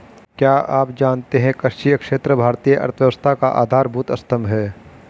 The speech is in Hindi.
क्या आप जानते है कृषि क्षेत्र भारतीय अर्थव्यवस्था का आधारभूत स्तंभ है?